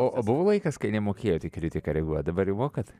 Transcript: o o buvo laikas kai nemokėjot į kritiką reaguot dabar jau mokat